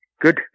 Good